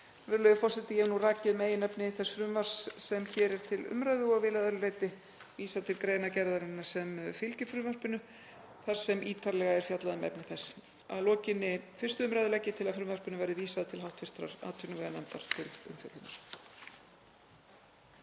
Virðulegi forseti. Ég hef nú rakið meginefni þess frumvarps sem hér er til umræðu og vil að öðru leyti vísa til greinargerðarinnar sem fylgir frumvarpinu þar sem ítarlega er fjallað um efni þess. Að lokinni 1. umræðu legg ég til að frumvarpinu verði vísað til hv. atvinnuveganefndar til umfjöllunar.